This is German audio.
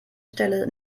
stelle